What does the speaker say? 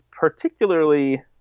particularly